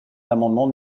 l’amendement